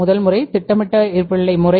முதல் முறை திட்டமிடப்பட்ட இருப்புநிலை முறை